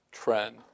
trend